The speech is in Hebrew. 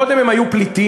קודם הם היו פליטים,